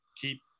keep